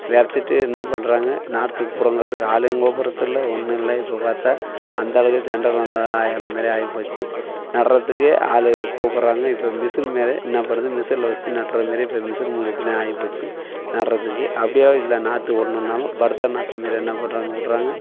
விதச்சிட்டு என்ன பண்ணுறாங்க நாத்து பிடுங்குறதுக்கு ஆளுங்க ஒவ்வொருத்தங்களும் ஒன்றும் இல்லை இப்போ பார்த்தா அந்த அளவுக்கு ஜெனரல் நல்லா ஆய அந்தமாதிரி ஆகிப்போச்சி நடுறதுக்கு ஆளு கூப்புடுறாங்க இப்போ மிஷின் மாரி என்ன பண்ணுது மிஷினில் வச்சி நடுறமாரி இப்போ மிஷின் மூலியத்தில் ஆகிப்போச்சி நடுறதுக்கு அப்படியே இதில் நாத்து விட்ணுன்னாலும் பர்தா நாற்று மாரி என்ன பண்ணுறாங்க விட்றாங்க